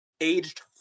aged